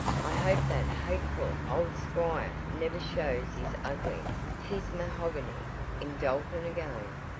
i hope that hateful old squire never shows his ugly phiz-mahogony in dalton again.